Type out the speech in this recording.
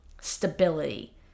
stability